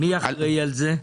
מי אחראי לזה?